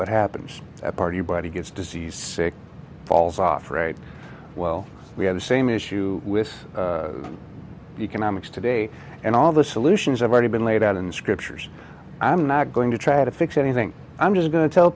what happens party body gets disease sick falls off right well we have the same issue with economics today and all the solutions have already been laid out in the scriptures i'm not going to try to fix anything i'm just going to tell